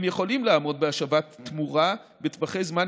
הם יכולים לעמוד בהשבת תמורה בטווחי זמן